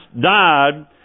died